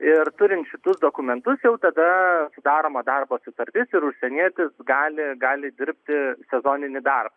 ir turint šitus dokumentus jau tada sudaroma darbo sutartis ir užsienietis gali gali dirbti sezoninį darbą